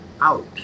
out